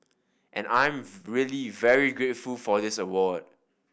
and I'm really very grateful for this award